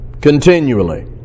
continually